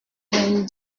vingt